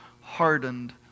hardened